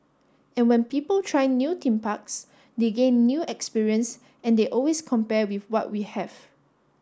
and when people try new theme parks they gain new experience and they always compare with what we have